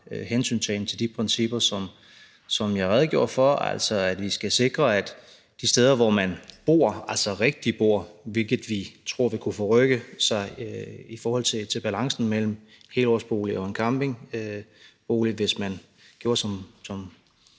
hensyntagen til de principper, som jeg redegjorde for, altså at vi skal sikre, at der de steder, hvor man bor – altså rigtigt bor, hvilket vi tror ville kunne forrykke sig i forhold til balancen mellem en helårsbolig og en campingbolig, hvis man gjorde, som